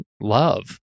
love